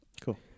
Cool